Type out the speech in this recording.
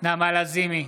נעמה לזימי,